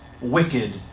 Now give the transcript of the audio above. wicked